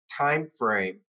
timeframe